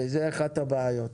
זו אחת הבעיות.